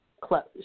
closed